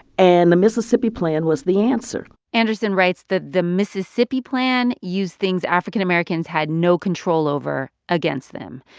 and the mississippi plan was the answer anderson writes that the mississippi plan used things african-americans had no control over against them,